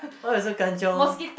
why you so Kan-Chiong